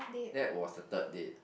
that was the third date